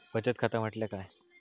बचत खाता म्हटल्या काय?